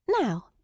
Now